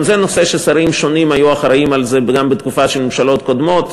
גם זה נושא ששרים שונים היו אחראים לו גם בתקופה של ממשלות קודמות.